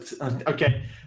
Okay